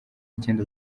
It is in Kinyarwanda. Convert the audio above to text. icyenda